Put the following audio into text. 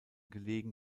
gelegen